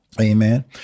Amen